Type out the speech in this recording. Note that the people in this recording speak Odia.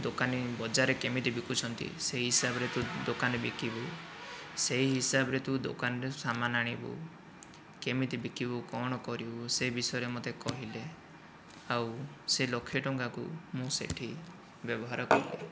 ଦୋକାନୀ ବଜାରୀ କେମିତି ବିକୁଛନ୍ତି ସେହି ହିସାବରେ ତୁ ଦୋକାନରେ ବିକିବୁ ସେହି ହିସାବରେ ତୁ ଦୋକାନରେ ସମାନ ଆଣିବୁ କେମିତି ବିକିବୁ କ'ଣ କରିବୁ ସେ ବିଷୟରେ ମୋତେ କହିଲେ ଆଉ ସେ ଲକ୍ଷେ ଟଙ୍କାକୁ ମୁଁ ସେହିଠି ବ୍ୟବହାର କରିଲି